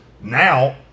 Now